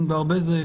ענבר בזק,